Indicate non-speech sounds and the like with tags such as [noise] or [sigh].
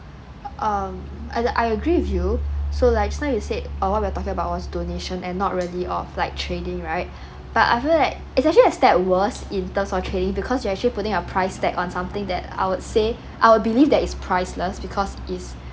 um I I agree with you so like just now you said on what we're talking about was donation and not really of like trading right [breath] but I feel like it's actually that worse in terms of trading because you're actually putting a price tag on something that I would say [breath] I would believe that's priceless because is [breath]